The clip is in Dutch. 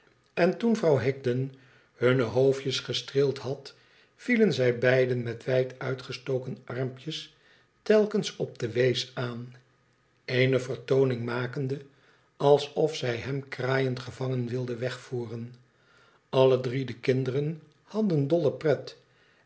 en toen vrouw higden hunne hoofdjes gestreeld had vielen zij beiden roet wijd uitgestoken armpjes telkens op den wees aan eene vertooning makende alsof zij hem kraaiend gevangen wilden wegvoeren alle drie de kinderen hadden dolle pret